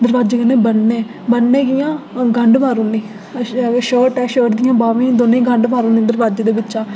दरोआजे कन्नै बन्नने बन्नने कि'यां गंढ़ मारी ओड़नी अगर शर्ट ऐ शर्ट दियें बाह्में ई दौनें ई गंढ मारी ओड़नी दरोआजे दे बिच्चूं